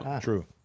true